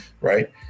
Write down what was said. right